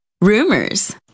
rumors